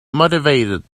motivated